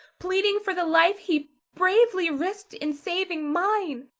pleading for the life he bravely risked in saving mine.